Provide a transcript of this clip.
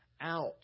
out